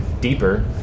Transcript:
deeper